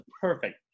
perfect